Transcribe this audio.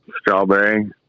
strawberry